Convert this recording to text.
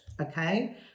Okay